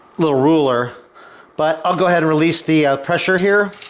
little ruler but i'll go ahead and release the pressure here.